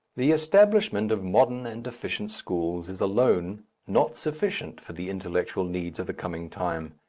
the establishment of modern and efficient schools is alone not sufficient for the intellectual needs of the coming time.